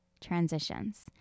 transitions